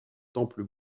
temples